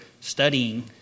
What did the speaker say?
studying